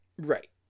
Right